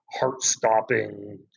heart-stopping